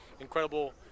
incredible